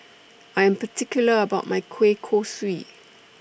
I Am particular about My Kueh Kosui